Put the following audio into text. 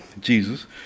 Jesus